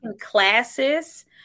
classes